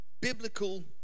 biblical